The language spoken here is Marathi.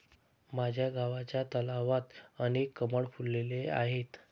माझ्या गावच्या तलावात अनेक कमळ फुलले आहेत